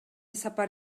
сапар